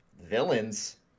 villains